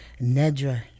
Nedra